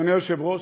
אדוני היושב-ראש,